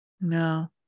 No